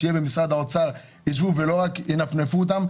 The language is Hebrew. שבמשרד האוצר ישבו ולא רק ינפנפו אותן,